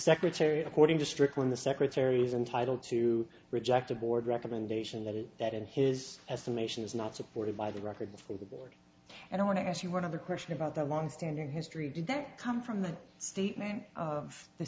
secretary according to strickland the secretary's entitled to reject a board recommendation that it that in his estimation is not supported by the record before the board and i want to ask you one other question about the longstanding history did that come from the statement of the